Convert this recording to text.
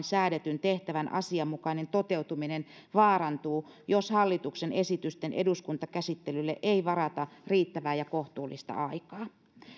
säädetyn tehtävän asianmukainen toteutuminen vaarantuu jos hallituksen esitysten eduskuntakäsittelylle ei varata riittävää ja kohtuullista aikaa